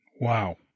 Wow